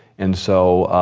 and so,